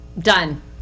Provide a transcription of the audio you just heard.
Done